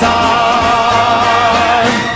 time